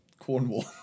Cornwall